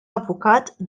avukat